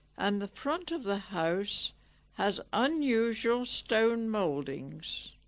and the front of the house has unusual stone mouldings